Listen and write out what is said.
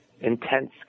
intense